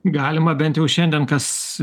galima bent jau šiandien kas